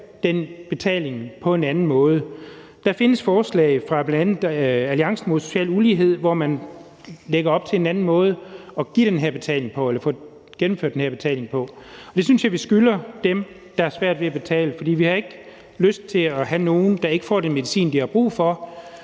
den betaling på en anden måde. Der findes forslag fra bl.a. Alliancen mod Social Ulighed i Sundhed, hvor man lægger op til en anden måde at få gennemført den her betaling på. Det synes jeg vi skylder dem, der har svært ved at betale, for vi har ikke lyst til at have nogen, der ikke får den medicin, de har brug for.